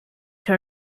her